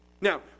Now